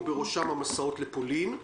ובראשם המסעות לפולין.